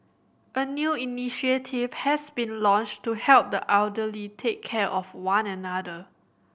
a new initiative has been launched to help the elderly take care of one another